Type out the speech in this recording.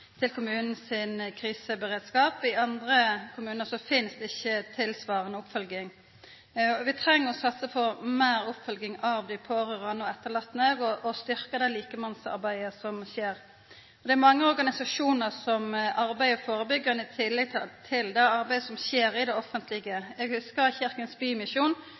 til kommunen sin kriseberedskap, i andre finst det ikkje tilsvarande oppfølging. Vi treng å satsa på meir oppfølging av dei pårørande og etterlatne og å styrkja det likemannsarbeidet som skjer. Mange organisasjonar arbeider førebyggjande, i tillegg til det arbeidet som skjer i det offentlege. Eg